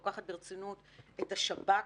לוקחת ברצינות את השב"כ.